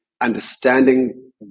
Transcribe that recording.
understanding